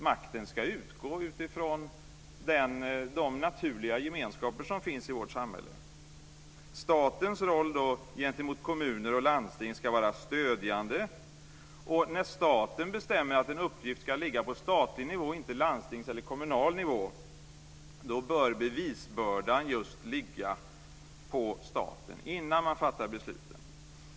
Makten ska utgå från de naturliga gemenskaper som finns i vårt samhälle. Statens roll gentemot kommuner och landsting ska vara stödjande. När staten bestämmer att en uppgift ska ligga på statlig nivå och inte landstingsnivå eller kommunal nivå bör bevisbördan ligga på staten innan man fattar besluten.